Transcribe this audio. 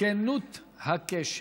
כנות הקשר.